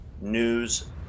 news